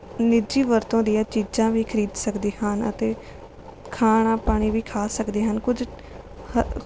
ਨਿੱਜੀ ਵਰਤੋਂ ਦੀਆਂ ਚੀਜ਼ਾਂ ਵੀ ਖਰੀਦ ਸਕਦੇ ਹਨ ਅਤੇ ਖਾਣਾ ਪਾਣੀ ਵੀ ਖਾ ਸਕਦੇ ਹਨ ਕੁਝ